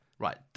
Right